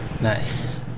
Nice